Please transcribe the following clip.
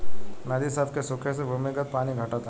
नदी सभ के सुखे से भूमिगत पानी घटता